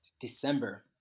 December